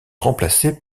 remplacé